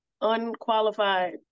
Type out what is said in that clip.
unqualified